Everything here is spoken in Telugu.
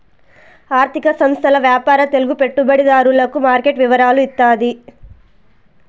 ఆర్థిక సంస్థల వ్యాపార తెలుగు పెట్టుబడిదారులకు మార్కెట్ వివరాలు ఇత్తాది